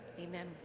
Amen